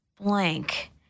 blank